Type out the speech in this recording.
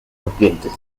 serpientes